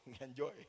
enjoy